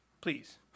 Please